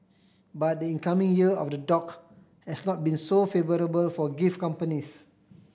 but the incoming Year of the Dog has not been so favourable for gift companies